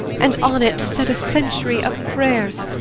and on it said a century of prayers,